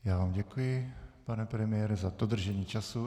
Já vám děkuji, pane premiére, za dodržení času.